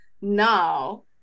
now